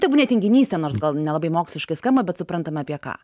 tebūnie tinginystė nors gal nelabai moksliškai skamba bet suprantam apie ką